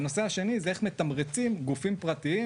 והנושא השני זה איך מתמרצים גופים פרטיים